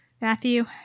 Matthew